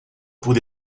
por